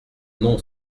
non